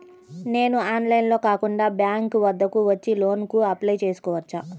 నేను ఆన్లైన్లో కాకుండా బ్యాంక్ వద్దకు వచ్చి లోన్ కు అప్లై చేసుకోవచ్చా?